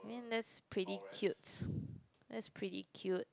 I mean that's pretty cute